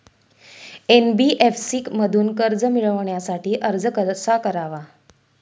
NBFC मधून कर्ज मिळवण्यासाठी अर्ज कसा करावा?